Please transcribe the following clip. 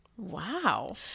wow